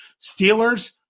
Steelers